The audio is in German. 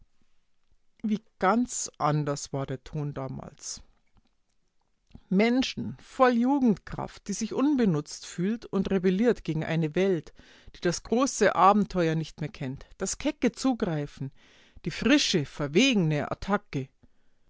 wie ganz anders war der ton damals menschen voll jugendkraft die sich unbenutzt fühlt und rebelliert gegen eine welt die das große abenteuer nicht mehr kennt das kecke zugreifen die frische verwegene attacke